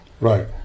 right